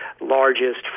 largest